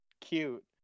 cute